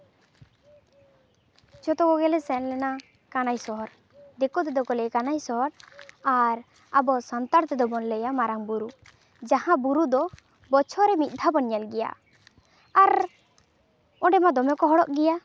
ᱡᱷᱚᱛᱚ ᱠᱚᱜᱮᱞᱮ ᱥᱮᱱ ᱞᱮᱱᱟ ᱠᱟᱱᱟᱭ ᱥᱚᱨ ᱫᱤᱠᱩ ᱛᱮᱫᱚᱠᱚ ᱞᱟᱹᱭᱟ ᱠᱟᱱᱟᱭ ᱥᱚᱨ ᱟᱨ ᱟᱵᱚ ᱥᱟᱱᱛᱟᱲ ᱛᱮᱫᱚ ᱵᱚᱱ ᱞᱟᱹᱭᱟ ᱢᱟᱨᱟᱝ ᱵᱩᱨᱩ ᱡᱟᱦᱟᱸ ᱵᱩᱨᱩ ᱫᱚ ᱵᱚᱪᱷᱚᱨ ᱨᱮ ᱢᱤᱫ ᱫᱷᱟᱣ ᱵᱚᱱ ᱧᱮᱞ ᱜᱮᱭᱟ ᱟᱨ ᱚᱸᱰᱮ ᱦᱚᱸ ᱫᱚᱢᱮ ᱠᱚ ᱦᱚᱲᱚᱜ ᱜᱮᱭᱟ